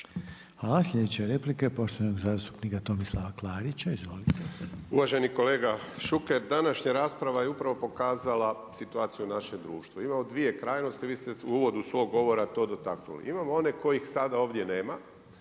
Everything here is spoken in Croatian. Klarića. Izvolite. **Klarić, Tomislav (HDZ)** Uvaženi kolega Šuker, današnja rasprava je upravo pokazala situaciju u našem društvu. Imamo 2 krajnjosti, vi ste u uvodu svog govora to dotaknuli. Imamo one koje sada ovdje nema,